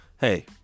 hey